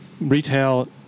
retail